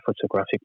photographic